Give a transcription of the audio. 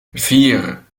vier